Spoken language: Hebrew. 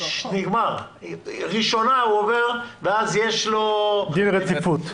אם הצעת חוק עוברת בקריאה הראשונה יכול לחול עליה דין רציפות.